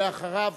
ואחריו,